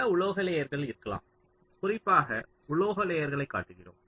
பல உலோக லேயர்கள் இருக்கலாம் குறிப்பாக உலோக லேயர்களை காட்டுகிறோம்